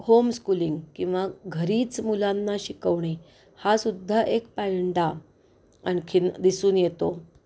home schooling किंवा घरीच मुलांना शिकवणे हासुद्धा एक पयंडा आणखीन दिसून येतो